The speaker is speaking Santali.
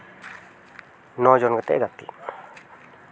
ᱱᱚ ᱡᱚᱱ ᱠᱟᱛᱮᱜ ᱜᱟᱛᱮᱜ